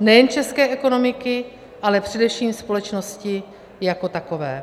nejen české ekonomiky, ale především společnosti jako takové.